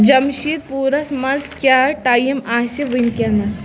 جمشیٖد پوٗرس منٛز کیاہ ٹایم آسہِ وٕنکیٚنس